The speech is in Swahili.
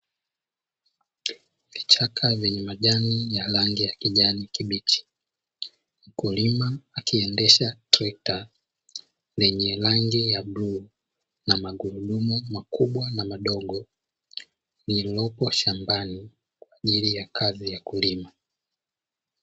Vichaka vyenye majani ya rangi ya kijani kibichi mkulima akiendesha trekta lenye rangi ya bluu, na magurudumu makubwa na madogo lililopo shambani kwa ajili ya kazi ya kulima.